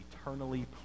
eternally